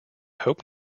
hope